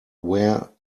where